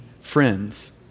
friends